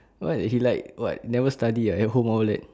what he like what never study ah at home all leh